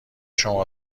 شما